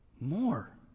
More